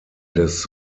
des